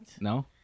No